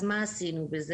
אז מה עשינו פה?